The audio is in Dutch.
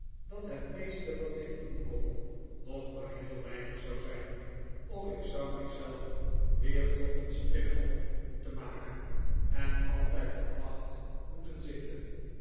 dat het meeste wat ik doen kon nog maar heel weinig zou zijn of ik zou mij zelf weer tot een spinnekop moeten maken en altijd op wacht moeten zitten